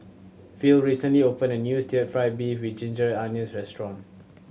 Phil recently opened a new still fried beef with ginger onions restaurant